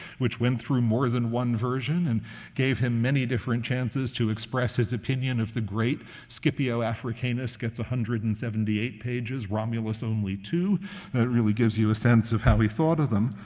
which went through more than one version and gave him many different chances to express his opinion of the great. scipio africanus gets one hundred and seventy eight pages, romulus only two that really gives you a sense of how he thought of them.